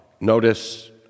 Notice